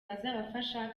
bazabafasha